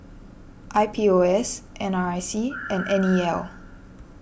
I P O S N R I C and N E L